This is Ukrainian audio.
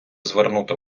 звернути